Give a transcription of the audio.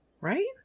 Right